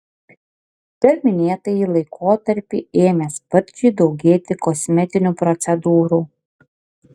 per minėtąjį laikotarpį ėmė sparčiai daugėti kosmetinių procedūrų